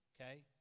okay